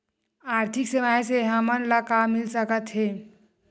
आर्थिक सेवाएं से हमन ला का मिल सकत हे?